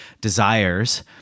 desires